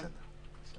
בסדר.